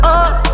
up